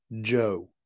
Joe